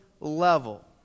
level